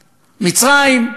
מצרים,